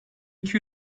iki